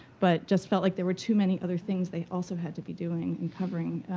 but just felt like there were too many other things they also had to be doing and covering,